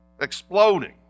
exploding